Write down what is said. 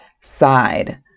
side